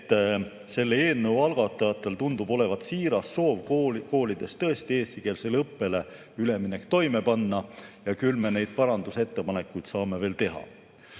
selle eelnõu algatajatel tundub olevat siiras soov koolides tõesti eestikeelsele õppele üleminek toime panna. Ja küll me neid parandusettepanekuid saame veel